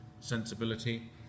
sensibility